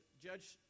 Judge